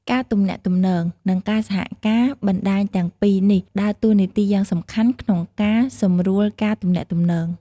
ការទំនាក់ទំនង និងការសហការបណ្តាញទាំងពីរនេះដើរតួនាទីយ៉ាងសំខាន់ក្នុងការសម្រួលការទំនាក់ទំនង។